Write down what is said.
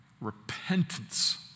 Repentance